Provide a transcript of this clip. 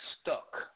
stuck